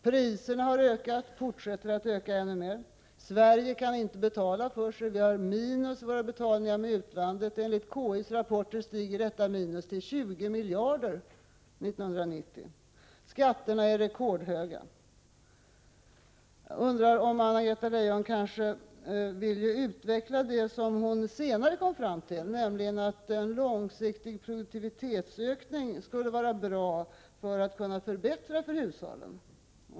Priserna har ökat och fortsätter att öka ännu mer. Sverige kan inte betala för sig. Vi har minus i våra betalningar med utlandet — enligt konjunkturinstitutets rapporter stiger detta minus till 20 miljarder 1990. Skatterna är rekordhöga. Jag undrar om Anna-Greta Leijon vill utveckla det som hon senare kom fram till, nämligen att en långsiktig produktivitetsökning skulle vara bra för att kunna förbättra för hushållen.